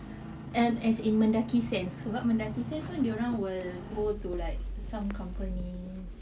and as in mendaki sense what mendaki sense pun dorang will go to like some companies